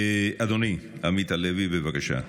אדוני, עמית הלוי, בבקשה.